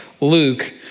Luke